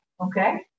okay